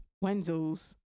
Wenzel's